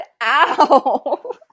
Ow